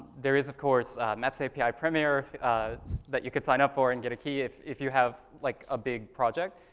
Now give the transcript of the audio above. there is of course maps api premier that you could sign up for and get a key, if if you have, like, a big project.